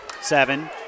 seven